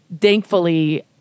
thankfully